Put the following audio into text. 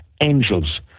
angels